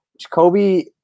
Jacoby